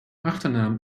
achternaam